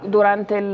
Durante